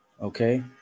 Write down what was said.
Okay